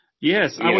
Yes